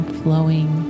flowing